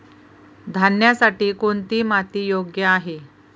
धान्यासाठी कोणती माती योग्य आहे?